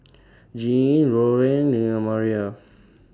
Jeanne Lorene Mariah